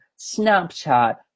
Snapchat